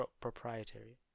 proprietary